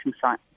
site